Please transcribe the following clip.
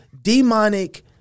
demonic